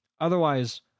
Otherwise